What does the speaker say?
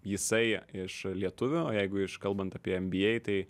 jisai iš lietuvių jeigu iš kalbant apie nba tai